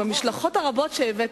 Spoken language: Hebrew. המשלחות הרבות שהבאת.